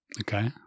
Okay